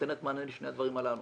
נותנת מענה לשני הדברים הללו.